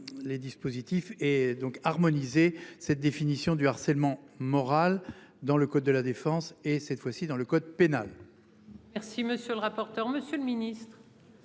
Les dispositifs et donc harmoniser cette définition du harcèlement moral dans le code de la défense, et cette fois-ci dans le code pénal. Merci monsieur le rapporteur. Monsieur le Ministre.